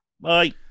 bye